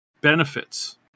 benefits